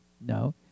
No